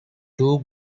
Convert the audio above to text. two